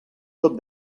tot